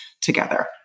together